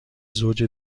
زوج